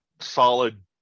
solid